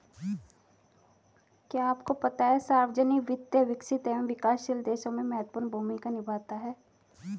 क्या आपको पता है सार्वजनिक वित्त, विकसित एवं विकासशील देशों में महत्वपूर्ण भूमिका निभाता है?